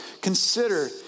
consider